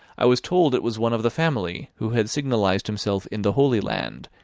i was told it was one of the family who had signalised himself in the holy land,